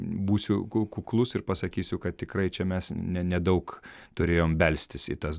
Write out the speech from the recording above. būsiu kuklus ir pasakysiu kad tikrai čia mes ne nedaug turėjom belstis į tas